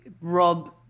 Rob